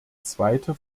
zweite